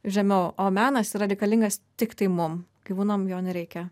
žemiau o menas yra reikalingas tiktai mum gyvūnam jo nereikia